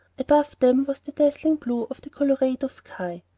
above them was the dazzling blue of the colorado sky.